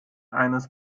eines